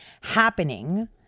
happening